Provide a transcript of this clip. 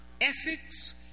ethics